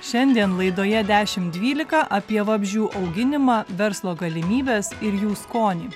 šiandien laidoje dešim dvylika apie vabzdžių auginimą verslo galimybes ir jų skonį